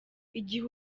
igihe